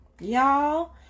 Y'all